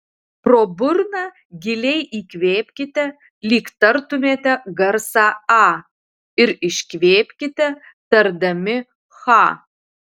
pro burną giliai įkvėpkite lyg tartumėte garsą a ir iškvėpkite tardami cha